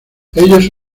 ellos